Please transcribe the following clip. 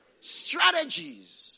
Strategies